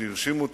שהרשימו אותי,